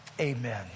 Amen